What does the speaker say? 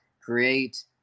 create